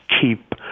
keep